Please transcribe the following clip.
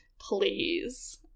please